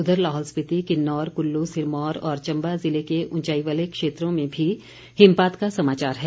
उधर लाहौल स्पीति किन्नौर कुल्लू सिरमौर और चम्बा ज़िले के ऊंचाई वाले क्षेत्रों में भी हिमपात का समाचार है